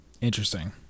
Interesting